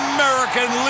American